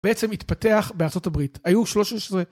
בעצם התפתח בארה״ב היו 13